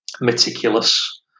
meticulous